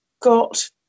got